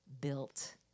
built